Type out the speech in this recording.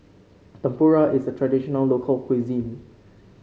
tempura is a traditional local cuisine